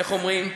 איך אומרים?